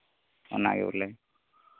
ᱚᱱᱟ ᱜᱮ ᱵᱚᱞᱮ